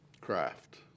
craft